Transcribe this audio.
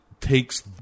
takes